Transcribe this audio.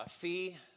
fee